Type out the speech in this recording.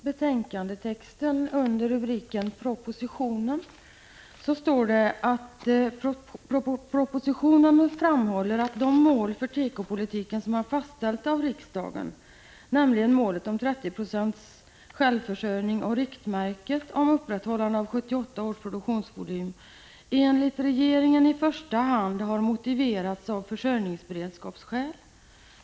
Herr talman! I betänkandetexten står det under huvudrubriken Propositionen: ”-—-- de mål för tekopolitiken som har fastställts av riksdagen —-—-, nämligen målet om 30 2 självförsörjning och riktmärket om upprätthållande av 1978 års produktionsvolym, enligt regeringen i första hand har motiverats av försörjningsberedskapsskäl.